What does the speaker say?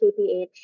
kph